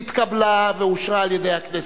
נתקבלה ואושרה על-ידי הכנסת.